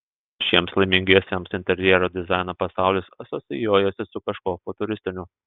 šiems laimingiesiems interjero dizaino pasaulis asocijuojasi su kažkuo futuristiniu